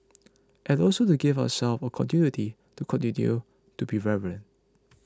and also to give ourselves a continuity to continue to be relevant